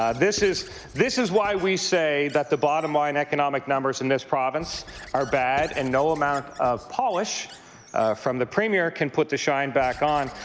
um this is this is why we say that the bottom line economic numbers in this province are bad and no amount of polish from the premier can put the shine back on.